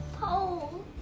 pole